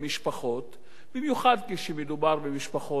במיוחד כשמדובר במשפחות עניות,